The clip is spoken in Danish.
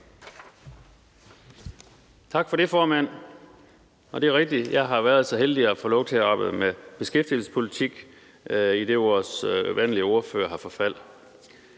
Tak for det, formand. Det er rigtigt, at jeg har været så heldig at få lov til at arbejde med beskæftigelsespolitik, idet vores vanlige ordfører har forfald.